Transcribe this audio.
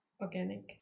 Organic